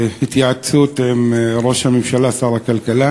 הכלכלה להתייעצות עם ראש הממשלה, שר הכלכלה,